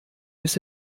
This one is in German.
bis